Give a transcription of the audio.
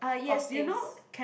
of things